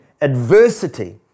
adversity